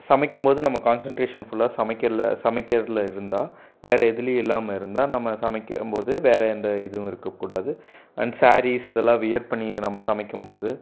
சமைக்கும் போது நம்ம கான்செண்ட்ரேஷன் ஃபுல்லாக சமைக்கிறல சமைக்கிறதில் இருந்தால் வேறு எதுலேயும் இல்லாமல் இருந்தால் நம்ம சமைக்கும் போது வேறு எந்த இதுவும் இருக்கக்கூடாது அண்ட் ஸேரீஸ் இதெல்லாம் வியர் பண்ணி நம்ம சமைக்கும் போது